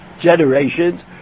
generations